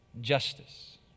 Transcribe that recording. Justice